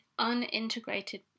unintegrated